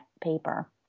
paper